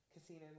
casino